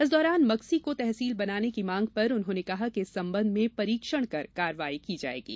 इस दौरान मक्सी को तहसील बनाने की मांग पर उन्होंने कहा कि इस संबंध में परीक्षण कर कार्रवाई करेंगे